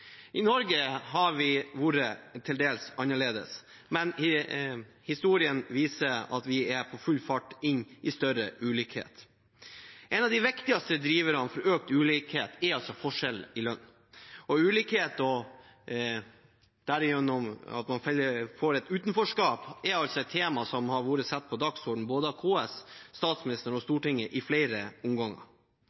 I Norge har det vært til dels annerledes, men historien viser at vi er på full fart inn i større ulikhet. En av de viktigste driverne for økt ulikhet er forskjeller i lønn, og at man derigjennom får et utenforskap, er et tema som har vært satt på dagsordenen både av KS, statsministeren og Stortinget i flere omganger.